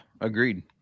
Agreed